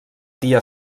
tia